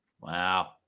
Wow